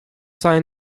sign